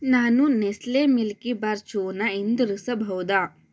ನಾನು Nestle Milkybar ಚೂವನ್ನ ಹಿಂತಿರುಗಿಸಬಹುದಾ